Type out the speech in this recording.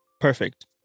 perfect